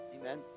amen